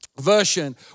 Version